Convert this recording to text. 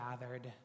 gathered